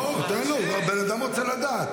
נאור, תן לו, הבן אדם רוצה לדעת.